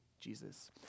Jesus